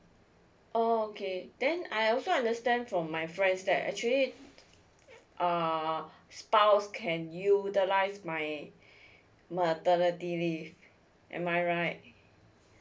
oh okay then I also understand from my friends that actually err spouse can utilize my maternity leave am I right